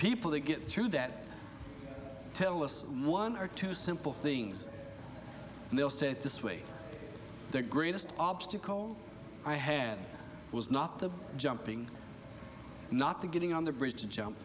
people they get through that tell us one or two simple things and they'll say it this way the greatest obstacle i had was not the jumping not the getting on the bridge to jump